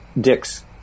Dick's